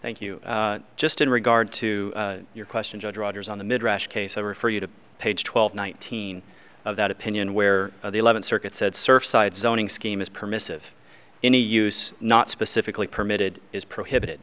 thank you just in regard to your question judge rogers on the midrash case i refer you to page twelve nineteen of that opinion where the eleventh circuit said surfside zoning scheme is permissive any use not specifically permitted is prohibited